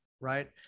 Right